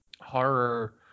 horror